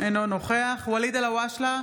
אינו נוכח ואליד אלהואשלה,